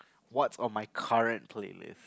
what's on my current playlist